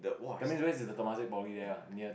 that mean is where is the Temasek Poly there lah near